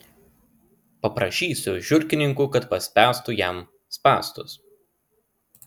paprašysiu žiurkininkų kad paspęstų jam spąstus